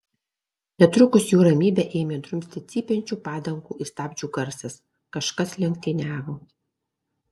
netrukus jų ramybę ėmė drumsti cypiančių padangų ir stabdžių garsas kažkas lenktyniavo